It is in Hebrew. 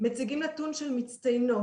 מציגים נתון של מצטיינות